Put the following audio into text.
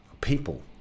people